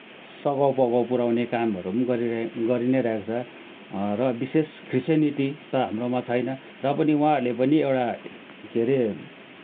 सघाउपघाउ पुर्याउने कामहरू पनि गरिरहे गरिनै रहेको छ र विशेष क्रिस्च्यनिटी त हाम्रोमा छैन र पनि उहाँहरूले पनि एउटा के अरे